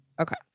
Okay